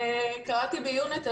תודה רבה.